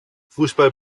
fußball